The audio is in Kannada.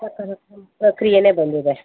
ಸಕಾರಾತ್ಮಕ ಕ್ರಿಯೇನೆ ಬಂದಿದೆ